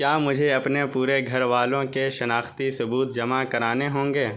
کیا مجھے اپنے پورے گھر والوں کے شناختی ثبوت جمع کرانے ہوں گے